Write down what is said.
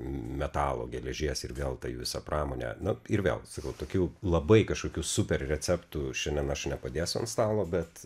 metalo geležies ir vėl ta jų visa pramonė nu ir vėl sakau tokių labai kažkokių super receptų šiandien aš nepadėsiu ant stalo bet